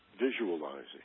visualizing